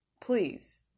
Please